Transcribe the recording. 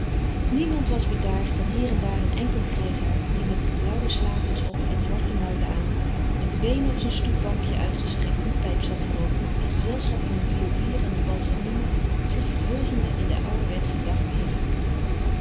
niemand was bedaard dan hier en daar een enkel grijsaard die met blauwe slaapmuts op en zwarte muilen aan met de beenen op zijn stoepbankjen uitgestrekt een pijp zat te rooken in gezelschap van een violier en een balsamine zich verheugende in den ouërwetschen dag weer